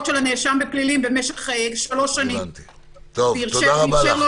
של הנאשם בפלילים במשך שלוש שנים והרשה לו